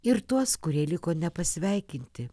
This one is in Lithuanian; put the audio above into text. ir tuos kurie liko nepasveikinti